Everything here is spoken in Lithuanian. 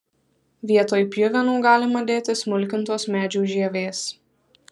vietoj pjuvenų galima dėti smulkintos medžių žievės